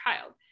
child